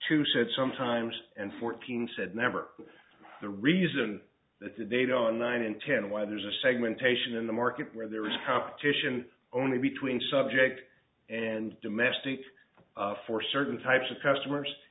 two said sometimes and fourteen said never the reason that the date on nine and ten why there's a segmentation in the market where there is competition only between subject and domestic for certain types of customers